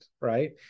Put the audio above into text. right